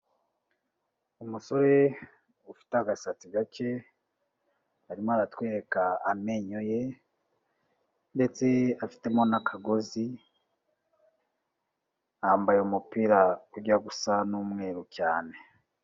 Umusore ufite agasatsi gake arimo aratwereka amenyo ye ndetse afitemo n'akagozi, yambaye umupira ujya gusa n'umweru cyane.